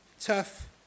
tough